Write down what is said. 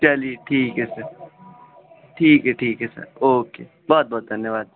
چلیے ٹھیک ہے سر ٹھیک ہے ٹھیک ہے سر اوکے بہت بہت دھنیواد